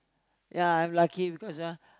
ya I'm lucky because ah